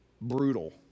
brutal